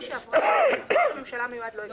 פעם שעברה את ראש הממשלה המיועד לא הגבילו,